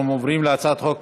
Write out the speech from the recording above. הצעת חוק